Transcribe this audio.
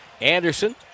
Anderson